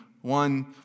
one